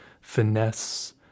Finesse